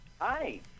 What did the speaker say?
Hi